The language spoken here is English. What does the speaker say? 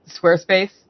Squarespace